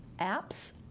apps